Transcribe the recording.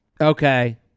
Okay